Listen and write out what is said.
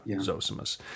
Zosimus